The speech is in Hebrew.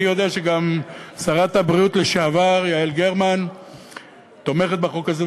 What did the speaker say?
אני יודע שגם שרת הבריאות לשעבר יעל גרמן תומכת בהצעת החוק הזו,